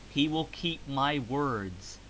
he will keep my words,